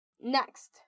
Next